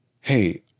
hey